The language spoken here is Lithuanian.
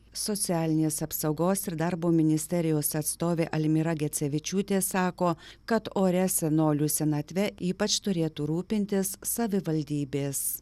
socialinės apsaugos ir darbo ministerijos atstovė almyra gecevičiūtė sako kad oria senolių senatve ypač turėtų rūpintis savivaldybės